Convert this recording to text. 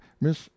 Miss